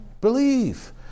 Believe